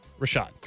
rashad